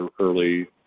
early